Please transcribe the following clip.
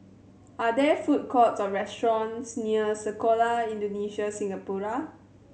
are there food courts or restaurants near Sekolah Indonesia Singapura